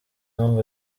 inkunga